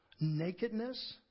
nakedness